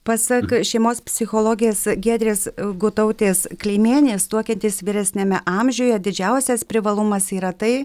pasak šeimos psichologės giedrės gutautės kleimienės tuokiantis vyresniame amžiuje didžiausias privalumas yra tai